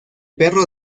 perro